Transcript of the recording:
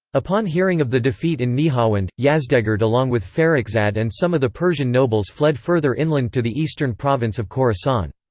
upon hearing of the defeat in nihawand, yazdegerd along with farrukhzad and some of the persian nobles fled further inland to the eastern province of khorasan.